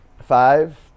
Five